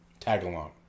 Tagalong